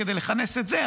כדי לכנס את זה,